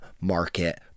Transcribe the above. market